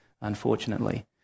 unfortunately